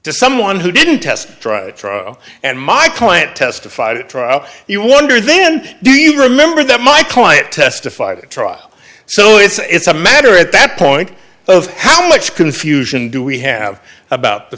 to someone who didn't test drive trial and my client testified at trial you wonder then do you remember that my client testified at trial so it's a matter at that point of how much confusion do we have about the